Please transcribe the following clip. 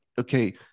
okay